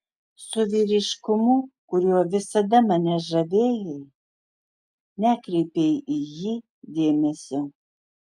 su vyriškumu kuriuo visada mane žavėjai nekreipei į jį dėmesio